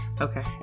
Okay